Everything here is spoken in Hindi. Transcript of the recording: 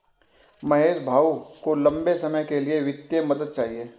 महेश भाऊ को लंबे समय के लिए वित्तीय मदद चाहिए